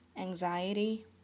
anxiety